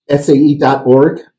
SAE.org